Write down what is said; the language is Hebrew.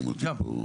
וברכה,